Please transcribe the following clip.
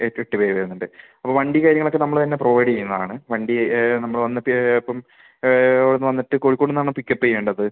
എട്ട് എട്ടു പേരു വരുന്നുണ്ട് അപ്പോൾ വണ്ടി കാര്യങ്ങളൊക്കെ നമ്മൾ തന്നെ പ്രൊവൈഡ് ചെയ്യുന്നതാണ് വണ്ടി നമ്മുടെ വന്നിട്ട് ഇപ്പം അവിടുന്നു വന്നിട്ട് കോഴിക്കോട് നിന്നാണോ പിക്ക് അപ്പ് ചെയ്യേണ്ടത്